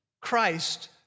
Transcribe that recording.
Christ